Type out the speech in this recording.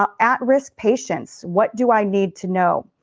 ah at risk patients, what do i need to know?